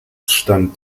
stand